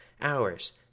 hours